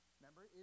Remember